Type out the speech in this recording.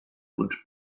und